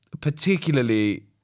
particularly